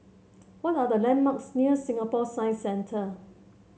what are the landmarks near Singapore Science Centre